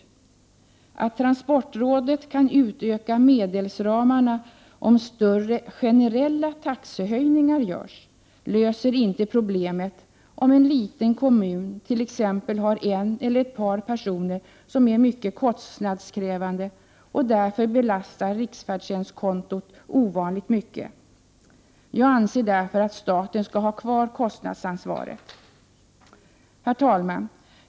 Att transportrådet kan utöka medelsramarna om större generella taxehöjningar görs löser inte problemet, om en liten kommun t.ex. har en eller ett par personer som är mycket kostnadskrävande och därför belastar riksfärdtjänstkontot ovanligt mycket. Jag anser därför att staten skall ha kvar kostnadsansvaret. Herr talman!